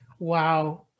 Wow